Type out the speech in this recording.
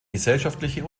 gesellschaftliche